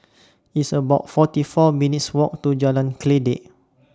It's about forty four minutes' Walk to Jalan Kledek